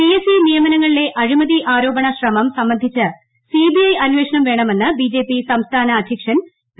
P S C നിയമനങ്ങളിലെ അഴിമൃതി ആരോപണ ശ്രമം സംബന്ധിച്ച് സിബിഐ അന്വേഷണം വേൺഎമുന്ന് ബി ജെ പി സംസഥാന അധ്യക്ഷൻ പി